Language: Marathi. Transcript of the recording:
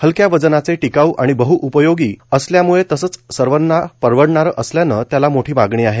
हलक्या वजनाचे टिकाऊ आणि बहउपयोगी असल्यामुळे तसंच सर्वाना परवडणारं असल्यानं त्याला मोठी मागणी आहे